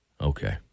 Okay